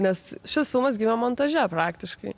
nes šis filmas gimė montaže praktiškai